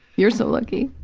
you're so lucky.